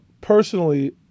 personally